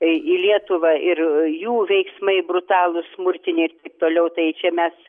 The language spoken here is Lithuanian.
į lietuvą ir jų veiksmai brutalūs smurtinės toliau tai čia mes